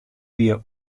wie